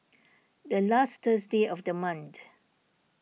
the last Thursday of the month